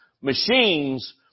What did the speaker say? machines